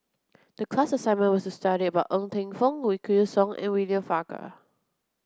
the class assignment was to study about Ng Teng Fong Wykidd Song and William Farquhar